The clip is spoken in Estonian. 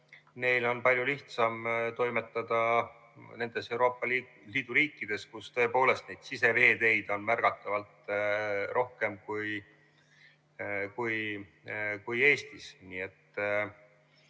on palju lihtsam toimetada nendes Euroopa Liidu riikides, kus tõepoolest siseveeteid on märgatavalt rohkem kui Eestis.